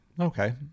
Okay